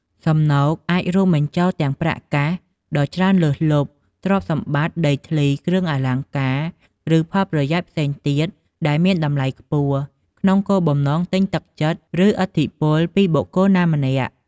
សំណូក អាចរួមបញ្ចូលទាំងប្រាក់កាសដ៏ច្រើនលើសលប់ ទ្រព្យសម្បត្តិ ដីធ្លី គ្រឿងអលង្ការ ឬផលប្រយោជន៍ផ្សេងទៀតដែលមានតម្លៃខ្ពស់ ក្នុងគោលបំណងទិញទឹកចិត្ត ឬឥទ្ធិពលពីបុគ្គលណាម្នាក់។